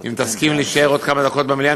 אם תסכים להישאר עוד כמה דקות במליאה,